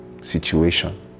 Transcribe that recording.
situation